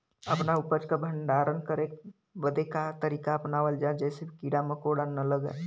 अपना उपज क भंडारन करे बदे का तरीका अपनावल जा जेसे कीड़ा मकोड़ा न लगें?